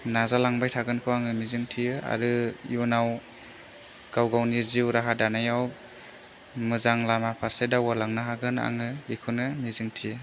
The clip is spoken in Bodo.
नाजालांबाय थागोनखौ आङो मिजिं थियो आरो इयुनाव गाव गावनि जिउ राहा दानायाव मोजां लामा फारसे दावगालांनो हागोन आङो बेखौनो मिजिं थियो